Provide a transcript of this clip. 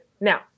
now